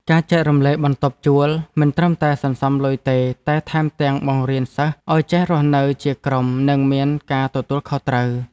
ការចែករំលែកបន្ទប់ជួលមិនត្រឹមតែសន្សំលុយទេតែថែមទាំងបង្រៀនសិស្សឱ្យចេះរស់នៅជាក្រុមនិងមានការទទួលខុសត្រូវ។